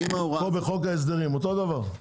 כמו בחוק ההסדרים, אותו דבר.